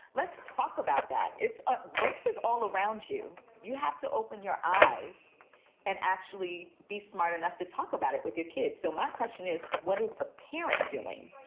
let's talk about that. it's ah races all around you. you have to open your eyes and actually be smart enough to talk about it with your kids. so my question is, what is the parent doing?